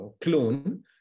clone